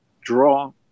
draw